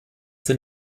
sind